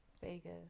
Vegas